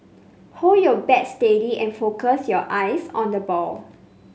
hold your bat steady and focus your eyes on the ball